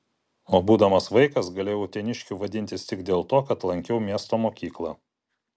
o būdamas vaikas galėjau uteniškiu vadintis tik dėl to kad lankiau miesto mokyklą